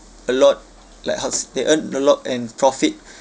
a lot like how they earn a lot and profit